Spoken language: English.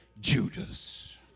Judas